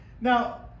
Now